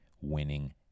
winning